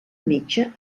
metge